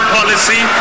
Policy